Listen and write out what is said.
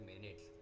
minutes